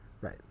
Right